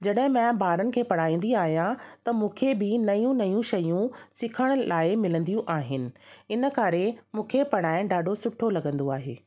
जॾहिं मां ॿारनि खे पढ़ाईंदी आहियां त मूंखे बि नयूं नयूं शयूं सिखण लाइ मिलंदियूं आहिनि इन करे मूंखे पढ़ाइणु ॾाढो सुठो लॻंदो आहे